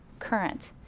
current,